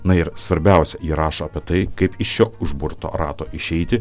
na ir svarbiausia ji rašo apie tai kaip iš šio užburto rato išeiti